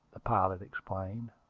the pilot explained.